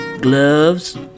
gloves